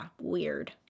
weird